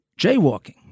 jaywalking